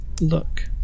look